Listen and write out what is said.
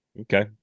Okay